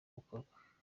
gukorwa